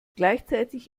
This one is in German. gleichzeitig